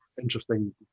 interesting